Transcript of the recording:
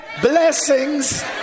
blessings